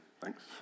thanks